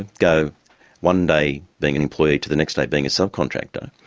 and go one day being an employee to the next day being a subcontractor.